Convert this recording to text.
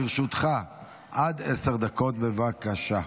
לרשותך עד עשר דקות, בבקשה.